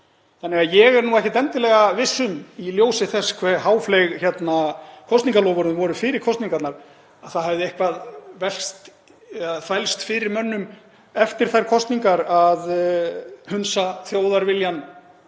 nætur. Ég er því ekkert endilega viss um í ljósi þess hve háfleyg kosningaloforðin voru fyrir kosningarnar að það hefði eitthvað þvælst fyrir mönnum eftir þær kosningar að hunsa þjóðarviljann